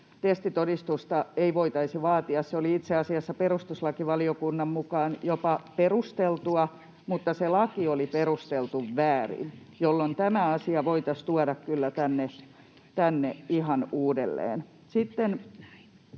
testitodistusta voitaisi vaatia. Se oli itse asiassa perustuslakivaliokunnan mukaan jopa perusteltua, mutta se laki oli perusteltu väärin, jolloin tämä asia voitaisiin tuoda kyllä tänne ihan uudelleen.